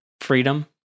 freedom